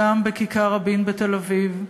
גם בכיכר-רבין בתל-אביב,